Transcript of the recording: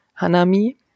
hanami